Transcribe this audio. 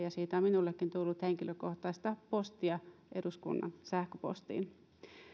ja siitä on minullekin tullut henkilökohtaista postia eduskunnan sähköpostiin